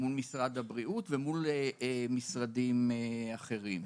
מול משרד הבריאות ומול משרדים אחרים.